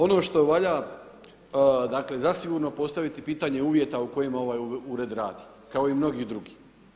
Ono što valja dakle, zasigurno je postaviti pitanje uvjeta u kojima ovaj ured radi kao i mnogi drugi.